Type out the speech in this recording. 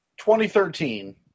2013